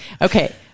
Okay